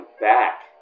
back